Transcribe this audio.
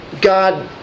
God